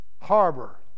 harbor